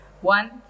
One